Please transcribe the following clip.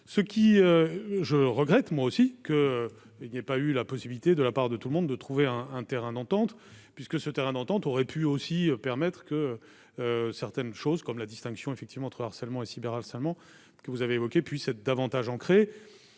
ce qui je regrette moi aussi que il n'y a pas eu la possibilité de la part de tout le monde, de trouver un un terrain d'entente, puisque ce terrain d'entente aurait pu aussi permettre que certaines choses comme la distinction effectivement trop harcèlement et cyber harcèlement que vous avez évoquées puis être davantage ancré,